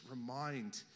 remind